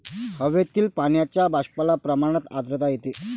हवेतील पाण्याच्या बाष्पाच्या प्रमाणात आर्द्रता येते